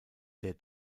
der